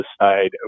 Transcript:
decide